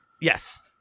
Yes